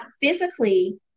physically